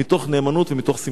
מתוך נאמנות ומתוך שמחה.